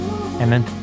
Amen